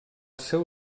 seu